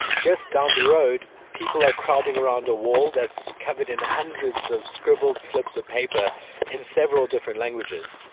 just down the road, people are crowding around a wall that's covered in hundreds of scribbled slips of paper in several different languages.